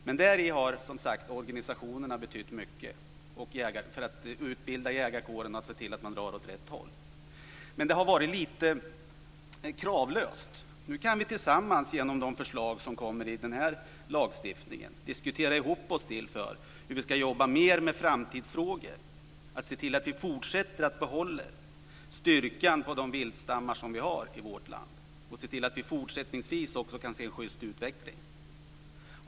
Men organisationerna har som sagt betytt mycket för att utbilda jägarkåren och se till att den drar åt rätt håll. Men det har varit lite kravlöst. Nu kan vi tillsammans, genom de förslag som kommer inför denna lagstiftning, diskutera ihop oss när det gäller hur vi ska jobba mer med framtidsfrågor och se till att vi behåller styrkan i de viltstammar som vi har i vårt land. Vi ska se till att vi också fortsättningsvis kan se en schyst utveckling.